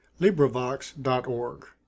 LibriVox.org